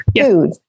Food